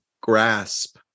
grasp